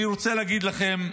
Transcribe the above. אני רוצה להגיד לכם